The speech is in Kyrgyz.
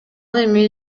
эми